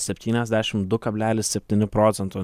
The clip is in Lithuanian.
septyniasdešim du kablelis septyni procento